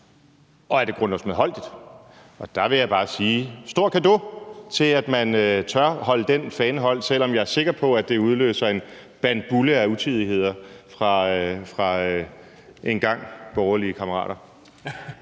og om det er grundlovsmedholdeligt. Og der vil jeg bare sige et stort cadeau til, at man tør holde den fane højt, selv om jeg er sikker på, at det udløser en bandbulle af utidigheder fra engang borgerlige kammerater.